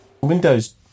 Windows